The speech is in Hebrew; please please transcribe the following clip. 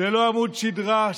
ללא עמוד שדרה,